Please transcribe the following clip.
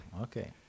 Okay